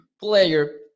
player